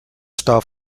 estava